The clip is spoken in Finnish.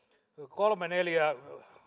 kolme neljä